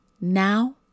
Now